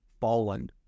fallen